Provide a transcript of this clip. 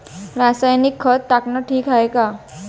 रासायनिक खत टाकनं ठीक हाये का?